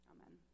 Amen